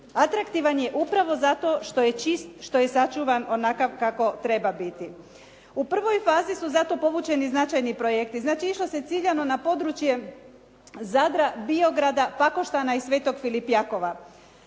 atraktivan je upravo zato što je čist, što je sačuvan onakav kako treba biti. U prvoj fazi su zato povučeni značajni projekti, znači išlo se ciljano na područje Zadra, Biograda, Pakoštana i Svetog Filip Jakova.